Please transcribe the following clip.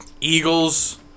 Eagles